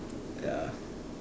ya